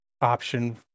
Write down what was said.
option